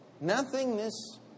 Nothingness